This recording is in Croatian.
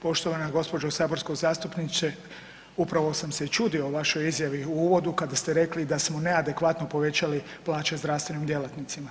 Poštovana gospođo saborska zastupnice, upravo sam se čudio vašoj izjavi u uvodu kada ste rekli da smo neadekvatno povećali plaće zdravstvenim djelatnicima.